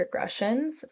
regressions